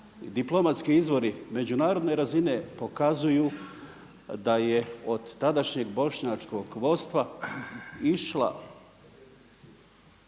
diplomatski izvori međunarodne razine pokazuju da je od tadašnjeg bošnjačkog vodstva išla